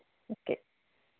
okay